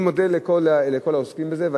אני מודה לכל העוסקים בזה,